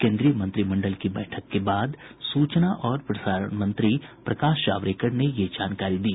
केन्द्रीय मंत्रिमंडल की बैठक के बाद सूचना और प्रसारण मंत्री प्रकाश जावड़ेकर ने ये जानकारी दी